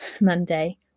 Monday